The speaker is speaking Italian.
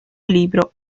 libro